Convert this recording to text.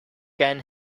can